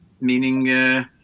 Meaning